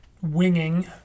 winging